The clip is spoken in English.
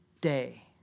day